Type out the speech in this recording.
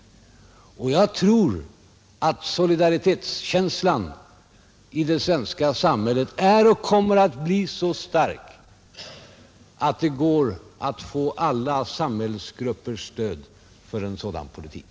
Och jag tror att solidaritetskänslan i det svenska samhället är och kommer att bli så stark att det går att få alla samhällsgruppers stöd för en sådan politik.